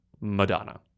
Madonna